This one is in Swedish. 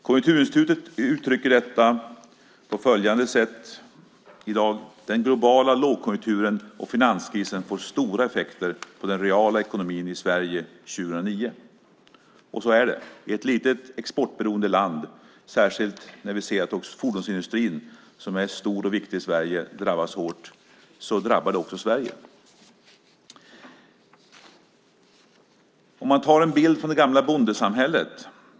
Konjunkturinstitutet uttrycker det på följande sätt i dag: Den globala lågkonjunkturen och finanskrisen får stora effekter på den reala ekonomin i Sverige 2009. Så är det. Ett litet exportberoende land som Sverige drabbas, särskilt som vi ser att fordonsindustrin, som är stor och viktig för Sverige, drabbas hårt. Låt oss ta en bild från det gamla bondesamhället.